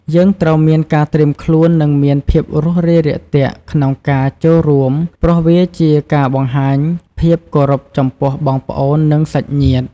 យើងត្រូវមានការត្រៀមខ្លួន និងមានភាពរួសរាយរាក់ទាក់ក្នុងការចូលរួម ព្រោះវាជាការបង្ហាញភាពគោរពចំពោះបងប្អូន និងសាច់ញាតិ។